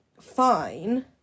fine